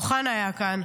אוחנה היה כאן,